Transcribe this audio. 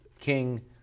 King